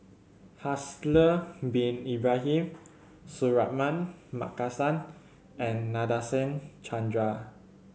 Haslir Bin Ibrahim Suratman Markasan and Nadasen Chandra